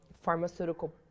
pharmaceutical